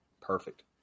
perfect